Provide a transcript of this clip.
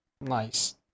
Nice